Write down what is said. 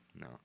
No